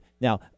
now